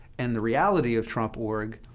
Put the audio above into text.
and the reality of trump org,